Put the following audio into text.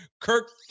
Kirk